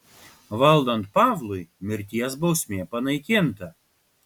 valdant pavlui mirties bausmė panaikinta